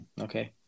Okay